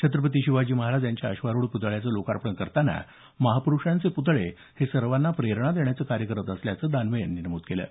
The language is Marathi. छत्रपती शिवाजी महाराज यांच्या अश्वारुढ प्तळ्याचं लोकार्पण करतांना महापुरुषांचे प्तळे हे सर्वांना प्रेरणा देण्याचं कार्य करत असल्याचं दानवे यांनी म्हटलं आहे